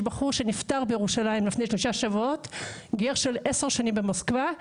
יש בחור שנפטר בירושלים לפני שלושה שבועות גר של עשר שנים במוסקבה,